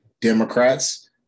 democrats